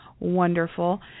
Wonderful